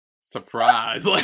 surprise